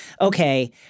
okay—